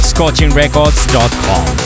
ScorchingRecords.com